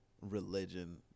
religion